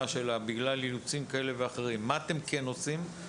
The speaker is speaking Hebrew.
שלה בגלל אילוצים כאלה ואחרים מה אתם כן עושים?